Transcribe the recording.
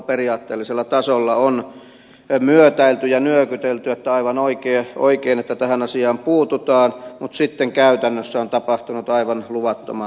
periaatteellisella tasolla on myötäilty ja nyökytelty että aivan oikein että tähän asiaan puututaan mutta sitten käytännössä on tapahtunut aivan luvattoman vähän